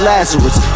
Lazarus